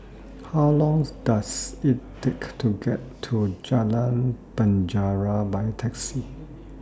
How longs Does IT Take to get to Jalan Penjara By Taxi